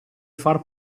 far